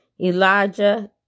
Elijah